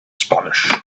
spanish